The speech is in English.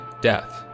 death